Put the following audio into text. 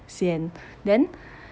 sian then